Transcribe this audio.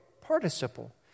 participle